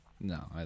No